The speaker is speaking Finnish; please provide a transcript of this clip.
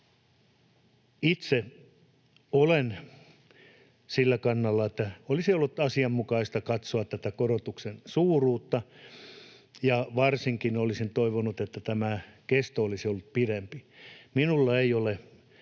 Itse olen sillä kannalla, että olisi ollut asianmukaista katsoa tätä korotuksen suuruutta, ja varsinkin olisin toivonut, että tämä kesto olisi ollut pidempi. Minulla ei ole